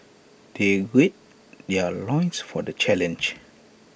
they gird their loins for the challenge